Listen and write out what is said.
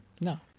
No